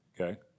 Okay